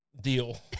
deal